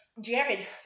Jared